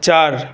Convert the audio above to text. চার